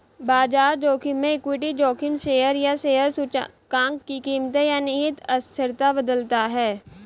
बाजार जोखिम में इक्विटी जोखिम शेयर या शेयर सूचकांक की कीमतें या निहित अस्थिरता बदलता है